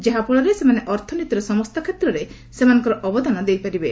ଯାହାଫଳରେ ସେମାନେ ଅର୍ଥନୀତିର ସମସ୍ତ କ୍ଷେତ୍ରରେ ସେମାନଙ୍କର ଅବଦାନ ଦେଇପାରିବେ